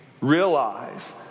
realize